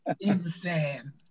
insane